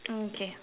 mm K